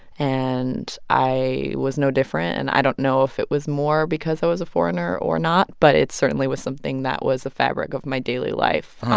and i was no different. and i don't know if it was more because i was a foreigner or not, but it certainly was something that was a fabric of my daily life